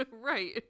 right